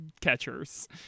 catchers